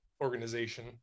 organization